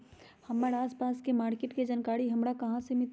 हमर आसपास के मार्किट के जानकारी हमरा कहाँ से मिताई?